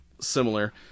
similar